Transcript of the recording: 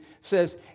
says